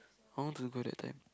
I wanted to go that time